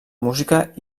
música